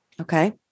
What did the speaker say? Okay